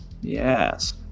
Yes